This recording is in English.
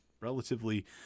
relatively